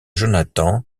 jonathan